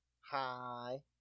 Hi